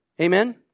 amen